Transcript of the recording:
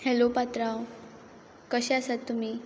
hello पात्रांव कशे आसात तुमी